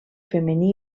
femení